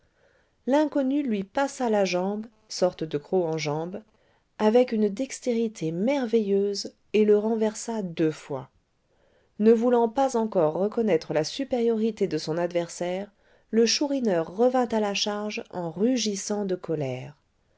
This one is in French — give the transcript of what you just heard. l'inconnu lui passa la jambe sorte de croc-en-jambe avec une dextérité merveilleuse et le renversa deux fois ne voulant pas encore reconnaître la supériorité de son adversaire le chourineur revint à la charge en rugissant de colère